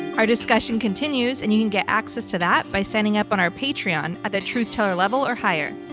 our discussion continues and you can get access to that by standing up on our patreon at the truth teller level or higher.